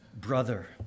brother